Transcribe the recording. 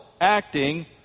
acting